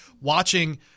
Watching